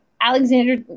Alexander